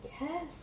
yes